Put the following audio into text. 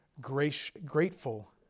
grateful